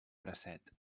bracet